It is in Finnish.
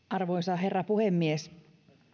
arvoisa herra puhemies